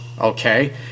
okay